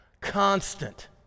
constant